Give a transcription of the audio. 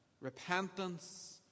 repentance